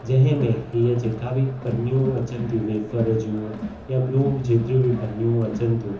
जंहिंमें हीअ जेका बि पनियूं अचनि थियूं वेफर जूं या ॿियूं बि जेतिरियूं बि पनियूं अचनि थियूं